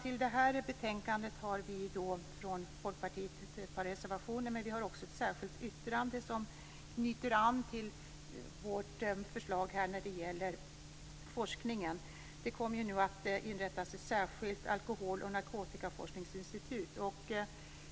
Till detta betänkande har vi från Folkpartiet ett par reservationer, men vi har också avgivit ett särskilt yttrande som knyter an till vårt förslag när det gäller forskningen. Det kommer ju att inrättas ett särskilt alkohol och narkotikaforskningsinstitut.